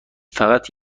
فقط